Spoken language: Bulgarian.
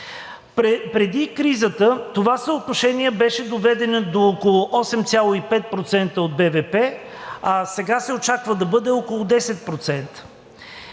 Преди кризата това съотношение беше доведено до около 8,5% от БВП, а сега се очаква да бъде около 10%.